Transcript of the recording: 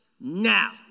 now